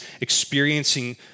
experiencing